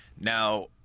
Now